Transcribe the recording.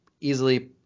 easily